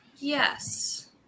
Yes